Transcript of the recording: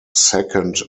second